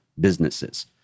businesses